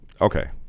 Okay